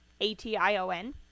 A-T-I-O-N